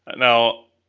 and now,